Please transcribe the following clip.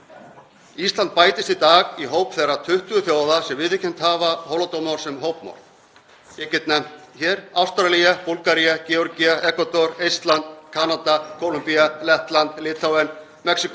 Ísland bætist í dag í hóp þeirra 20 þjóða sem viðurkennt hafa Holodomor sem hópmorð. Ég get nefnt hér Ástralíu, Búlgaríu, Georgíu, Ekvador, Eistland, Kanada, Kólumbíu, Lettland, Litháen, Mexíkó,